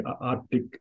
Arctic